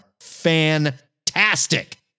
fantastic